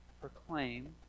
proclaim